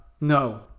No